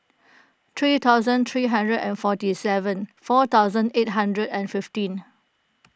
three thousand three hundred and forty seven four thousand eight hundred and fifteen